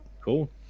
cool